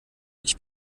ich